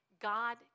God